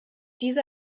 diese